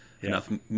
enough